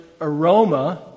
aroma